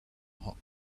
hot